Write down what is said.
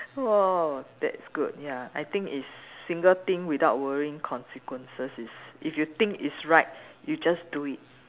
!whoa! that's good ya I think is single thing without worrying consequences is if you think it's right you just do it